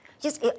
Yes